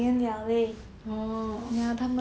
oh